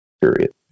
period